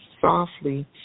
Softly